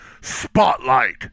Spotlight